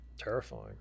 Terrifying